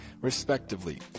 respectively